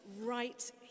right